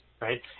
right